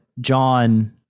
John